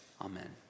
Amen